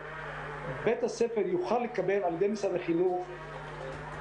שבית הספר יוכל לקבל על ידי משרד החינוך אפשרות